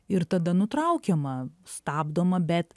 ir tada nutraukiama stabdoma bet